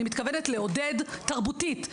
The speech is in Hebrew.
אני מתכוונת לעודד תרבותית,